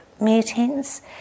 meetings